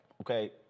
Okay